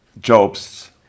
jobs